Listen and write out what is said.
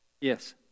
Yes